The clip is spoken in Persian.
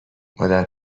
مادر